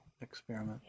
experiment